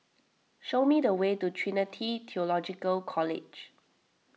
show me the way to Trinity theological College